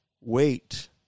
wait